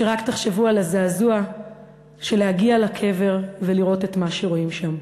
ורק תחשבו על הזעזוע של להגיע לקבר ולראות את מה שרואים שם.